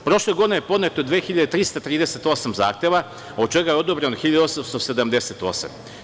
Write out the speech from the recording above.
Prošle godine je podneto 2.338 zahteva, od čega je odobreno 1.878.